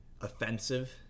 offensive